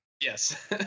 Yes